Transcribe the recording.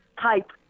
type